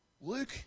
Luke